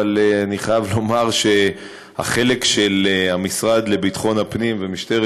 אבל אני חייב לומר שהחלק של המשרד לביטחון הפנים ומשטרת